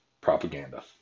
propaganda